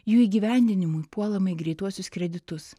jų įgyvendinimui puolama į greituosius kreditus